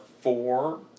four